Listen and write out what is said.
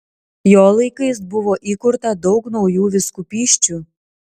jo laikais buvo įkurta daug naujų vyskupysčių